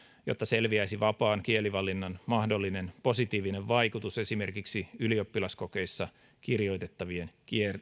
jotta selviäisi vapaan kielivalinnan mahdollinen positiivinen vaikutus esimerkiksi ylioppilaskokeissa kirjoitettavien